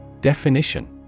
Definition